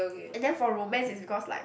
and then for romance is because like